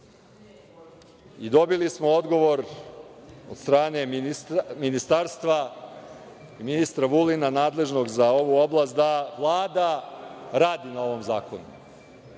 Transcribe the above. i dobili smo odgovor od strane Ministarstva, ministra Vulina nadležnog za ovu oblast da Vlada radi na ovom zakonu.